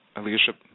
Leadership